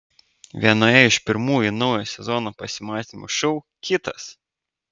vienoje iš pirmųjų naujo sezono pasimatymų šou kitas